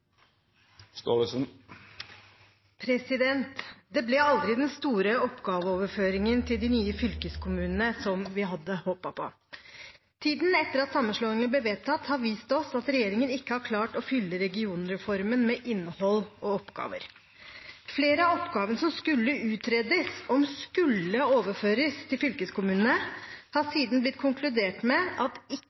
vi hadde håpet på. Tiden etter at sammenslåingen ble vedtatt, har vist oss at regjeringen ikke har klart å fylle regionreformen med innhold og oppgaver. Flere av oppgavene det skulle utredes om skulle overføres til fylkeskommunene, har en siden konkludert med at